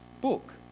book